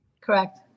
Correct